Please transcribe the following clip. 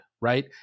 right